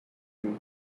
you